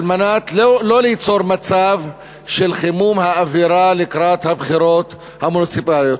כדי לא ליצור מצב של חימום האווירה לקראת הבחירות המוניציפליות.